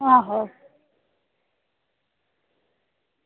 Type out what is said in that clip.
आहो